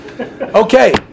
okay